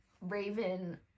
Raven